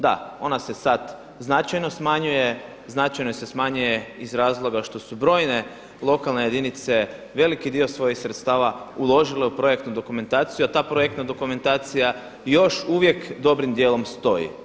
Da, ona se sad značajno smanjuje, značajno se smanjuje iz razloga što su brojne lokalne jedinice veliki dio svojih sredstava uložile u projektnu dokumentaciju a ta projektna dokumentacija još uvijek dobrim dijelom stoji.